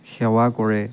সেৱা কৰে